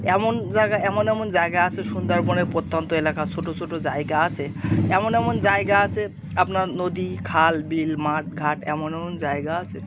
এমন জায়গা এমন এমন জায়গা আছে সুন্দরবনের প্রত্যন্ত এলাকা ছোটো ছোটো জায়গা আছে এমন এমন জায়গা আছে আপনার নদী খাল বিল মাঠ ঘাট এমন এমন জায়গা আছে